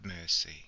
mercy